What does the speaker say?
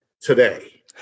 today